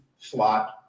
slot